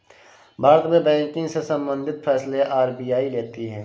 भारत में बैंकिंग से सम्बंधित फैसले आर.बी.आई लेती है